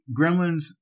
Gremlins